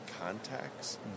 contacts